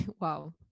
Wow